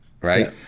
Right